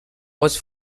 was